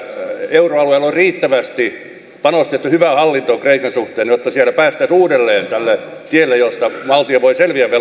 euroalueella on riittävästi panostettu hyvään hallintoon kreikan suhteen jotta siellä päästäisiin uudelleen tälle tielle jossa valtio voi selvitä